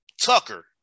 Tucker